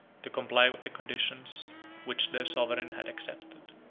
to comply with the conditions which their sovereign had accepted.